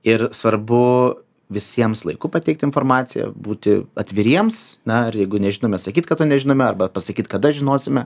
ir svarbu visiems laiku pateikti informaciją būti atviriems na ir jeigu nežinome sakyt kad to nežinome arba pasakyt kada žinosime